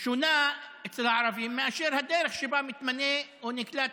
זה שונה אצל הערבים מאשר הדרך שבה מתמנה או נקלט